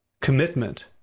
commitment